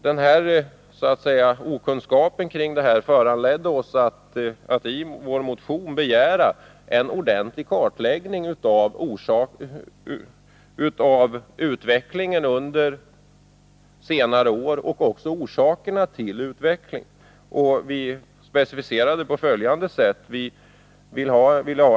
Den här okunskapen, om jag får uttrycka mig så, föranledde oss att i vår motion begära en ordentlig kartläggning av utvecklingen och orsakerna till denna under senare år. Vi har specificerat våra önskemål på följande sätt: 1.